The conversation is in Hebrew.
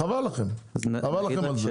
אז חבל לכם, חבל לכם על זה.